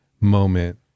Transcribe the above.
moment